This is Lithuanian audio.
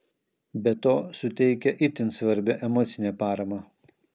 be to suteikia itin svarbią emocinę paramą